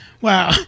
Wow